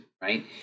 Right